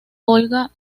olga